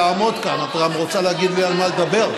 לעמוד כאן, את גם רוצה להגיד על מה לדבר?